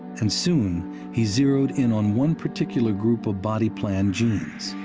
and soon he zeroed in on one particular group of body-plan genes